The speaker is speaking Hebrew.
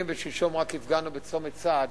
רק שלשום הפגנו בצומת סעד